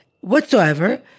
whatsoever